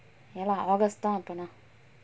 ya lah august தா அப்பனா:tha appanaa